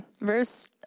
Verse